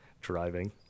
Driving